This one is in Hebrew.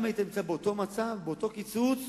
גם היית נמצא באותו מצב, באותו קיצוץ,